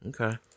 Okay